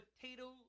potato